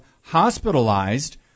hospitalized